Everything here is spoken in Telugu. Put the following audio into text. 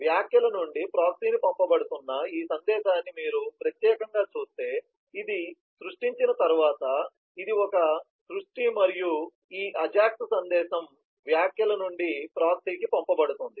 వ్యాఖ్యల నుండి ప్రాక్సీకి పంపబడుతున్న ఈ సందేశాన్ని మీరు ప్రత్యేకంగా చూస్తే ఇది సృష్టించిన తర్వాత ఇది ఒక సృష్టి మరియు ఈ అజాక్స్ సందేశం వ్యాఖ్యల నుండి ప్రాక్సీకి పంపబడుతోంది